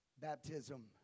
Baptism